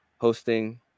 hosting